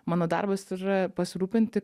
mano darbas ir yra pasirūpinti